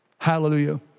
Hallelujah